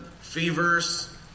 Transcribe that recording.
fevers